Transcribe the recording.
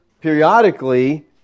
periodically